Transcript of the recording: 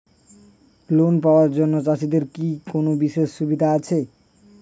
Loan পাওয়ার জন্য চাষিদের কি কোনো বিশেষ সুবিধা আছে?